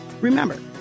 Remember